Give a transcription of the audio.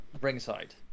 ringside